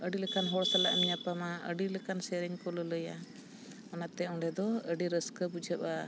ᱟᱹᱰᱤ ᱞᱮᱠᱟᱱ ᱦᱚᱲ ᱥᱟᱞᱟᱜ ᱧᱟᱯᱟᱢᱟ ᱟᱹᱰᱤ ᱞᱮᱠᱟᱱ ᱥᱮᱨᱮᱧ ᱠᱚ ᱞᱟᱹᱞᱟᱹᱭᱟ ᱚᱱᱟᱛᱮ ᱚᱸᱰᱮ ᱫᱚ ᱟᱹᱰᱤ ᱨᱟᱹᱥᱠᱟᱹ ᱵᱩᱡᱷᱟᱹᱜᱼᱟ